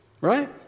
right